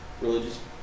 religious